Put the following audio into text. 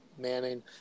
Manning